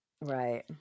Right